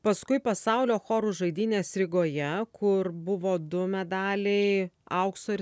paskui pasaulio chorų žaidynės rygoje kur buvo du medaliai aukso ir